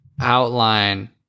outline